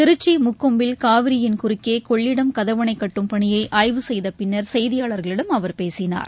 திருச்சி முக்கொம்பில் காவிரியின் குறுக்கே கொள்ளிடம் கதவணை கட்டும் பணியை ஆய்வு செய்த பின்னர் செய்தியாளர்களிடம் அவர் பேசினார்